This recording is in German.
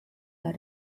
war